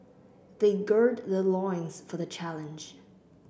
they gird their loins for the challenge